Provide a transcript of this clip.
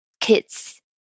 kids